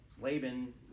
Laban